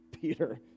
Peter